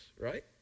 Right